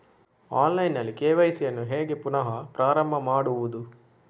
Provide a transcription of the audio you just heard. Online ನಲ್ಲಿ KYC ಯನ್ನು ಹೇಗೆ ಪುನಃ ಪ್ರಾರಂಭ ಮಾಡುವುದು?